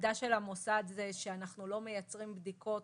העמדה של המוסד הייתה שאנחנו לא מייצרים בדיקות